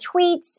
tweets